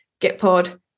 Gitpod